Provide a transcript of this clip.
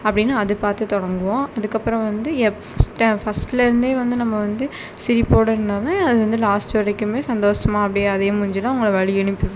அப்படினு அது பார்த்து தொடங்குவோம் அதுக்கு அப்பறம் வந்து ஃபர்ஸ்ட்ட ஃபர்ஸ்ட்லேருந்தே நம்ம வந்து சிரிப்போட இருந்தால்தான் அது வந்து லாஸ்ட் வரைக்குமே சந்தோஷமா அப்படியே அதே மூஞ்சிதான் அவங்களை வழி அனுப்பி வைப்போம்